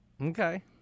Okay